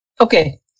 Okay